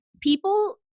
people